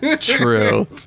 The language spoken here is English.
true